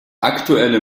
aktuelle